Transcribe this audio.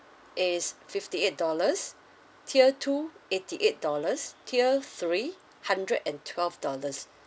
is fifty eight dollars tier two eighty eight dollars tier three hundred and twelve dollars